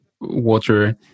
water